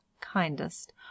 kindest